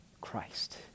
Christ